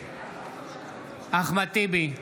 נגד אחמד טיבי,